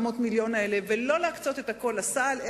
המיליון האלה ולא להקצות את הכול לסל,